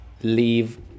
leave